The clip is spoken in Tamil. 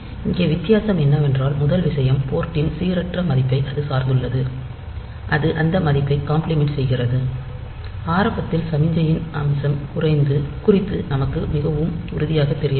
இங்கே வித்தியாசம் என்னவென்றால் முதல் விஷயம் போர்ட் ன் சீரற்ற மதிப்பை அது சார்ந்துள்ளது அது அந்த மதிப்பைக் காம்ப்ளிமெண்ட் செய்கிறது ஆரம்பத்தில் சமிக்ஞையின் அமிசம் குறித்து நமக்கு மிகவும் உறுதியாகத் தெரியவில்லை